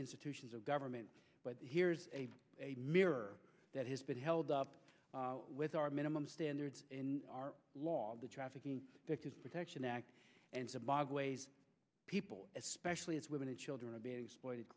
institutions of government but here is a mirror that has been held up with our minimum standards in our law the trafficking victims protection act and so bog ways people especially as women and children are being exploited